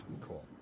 Cool